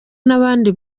n’abandi